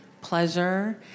pleasure